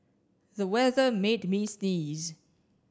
the weather made me sneeze